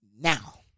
Now